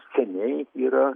seniai yra